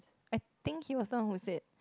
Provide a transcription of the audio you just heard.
I think he was the one who said